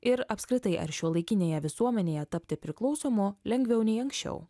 ir apskritai ar šiuolaikinėje visuomenėje tapti priklausomu lengviau nei anksčiau